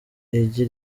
igi